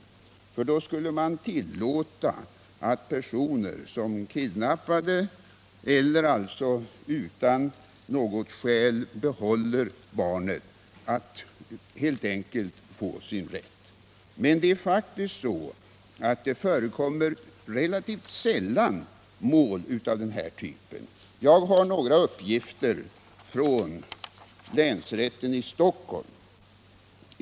I så fall skulle man tillåta att personer som kidnappat barnet eller utan något skäl behåller det får rätt. 1 Det är emellertid faktiskt så att det relativt sällan förekommer mål av den här typen. Jag har några uppgifter från länsrätten i Stockholm.